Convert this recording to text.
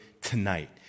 tonight